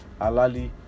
Alali